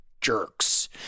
jerks